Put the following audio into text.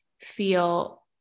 feel